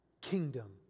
kingdom